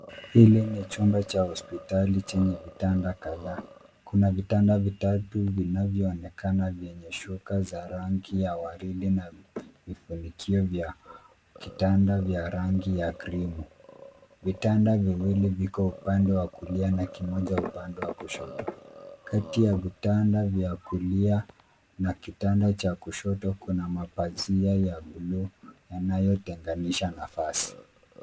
Hili ni chumba cha hospitali chenye vitanda kadhaa. Kuna vitanda vitatu vinavyoonekana vyenye shuka za rangi ya waridi, na vifunikio vya kitanda vya rangi ya krimu . Vitanda viwili viko upande wa kulia na kimoja upande wa kushoto. Kati ya vitanda vya kulia na kitanda cha kushoto kuna mapazia ya bluu, yanayotenganisha nafasi.